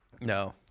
No